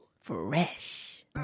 Fresh